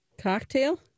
Cocktail